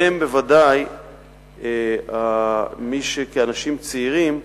והם בוודאי מי שכאנשים צעירים,